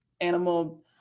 animal